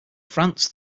france